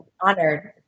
honored